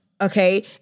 Okay